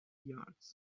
yards